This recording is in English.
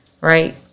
Right